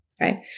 right